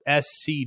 SC